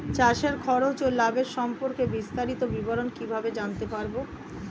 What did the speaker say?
চাষে খরচ ও লাভের সম্পর্কে বিস্তারিত বিবরণ কিভাবে জানতে পারব?